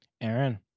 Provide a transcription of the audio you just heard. Aaron